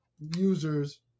users